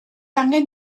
angen